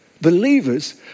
Believers